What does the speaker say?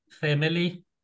family